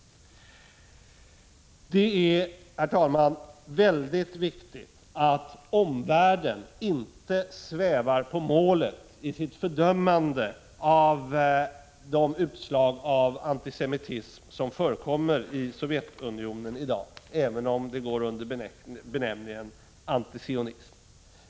Det är, herr talman, mycket viktigt att omvärlden inte svävar på målet i sitt fördömande av de utslag av antisemitism som i dag förekommer i Sovjetunionen, även om de går under benämningen antisionism.